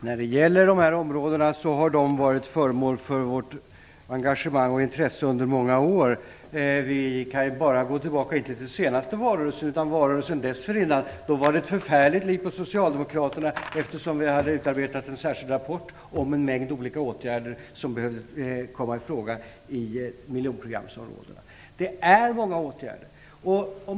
Herr talman! Dessa områden har varit föremål för vårt engagemang och intresse under många år. Vi kan ju bara gå tillbaka, inte bara till den senaste valrörelse utan till valrörelsen dessförinnan då det var ett förfärligt liv på Socialdemokraterna, eftersom vi hade utarbetat en särskild rapport om en mängd olika åtgärder som behövde komma i fråga i miljonprogramsområdena. Det är många åtgärder.